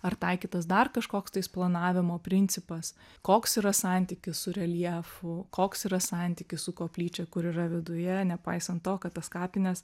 ar taikytas dar kažkoks tais planavimo principas koks yra santykis su reljefu koks yra santykis su koplyčia kur yra viduje nepaisant to kad tas kapines